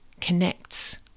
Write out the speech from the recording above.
connects